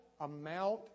amount